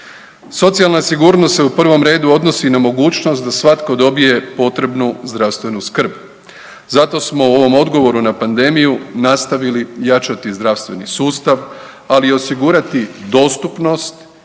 Socijalna sigurnost se u prvom redu odnosi i na mogućnost da svatko dobije potrebnu zdravstvenu skrb, zato smo u ovom odgovoru na pandemiju nastavili jačati zdravstveni sustav, ali i osigurati dostupnost